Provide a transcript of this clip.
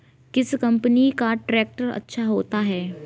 किस कंपनी का ट्रैक्टर अच्छा होता है?